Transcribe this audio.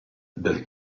del